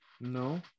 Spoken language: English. No